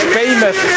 famous